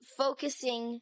focusing